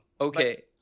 Okay